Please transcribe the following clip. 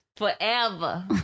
Forever